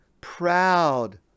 proud